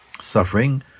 Suffering